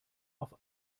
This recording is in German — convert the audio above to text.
auf